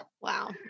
Wow